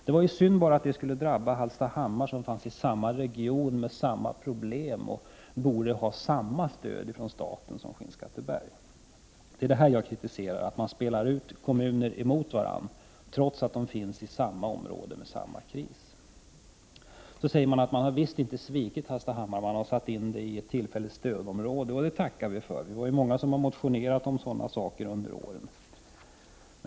Det var ju synd bara att detta skulle drabba Hallstahammar, som ligger i samma region och har samma problem och därför borde få samma stöd av staten som Skinnskatteberg fått. Det är detta som jag kritiserar — att man spelar ut kommuner mot varandra, trots att de ligger i samma område och befinner sig i samma kris. Man säger att Hallstahammar visst inte har svikits. Hallstahammar har inplacerats i tillfälligt stödområde. Det tackar vi för. Vi är många som har motionerat om sådana åtgärder under åren.